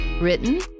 written